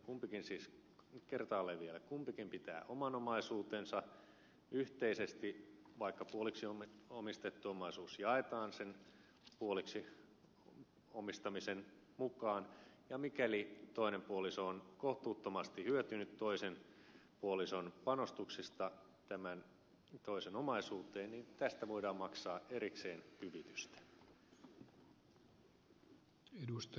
kumpikin siis kertaalleen vielä pitää oman omaisuutensa yhteisesti vaikka puoliksi omistettu omaisuus jaetaan sen puoliksi omistamisen mukaan ja mikäli toinen puoliso on kohtuuttomasti hyötynyt toisen puolison panostuksista tämän toisen omaisuuteen tästä voidaan maksaa erikseen hyvitystä